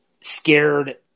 scared